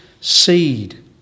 seed